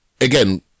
again